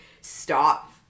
stop